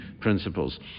principles